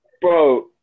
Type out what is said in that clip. Bro